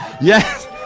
Yes